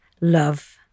Love